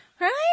right